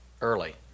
early